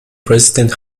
president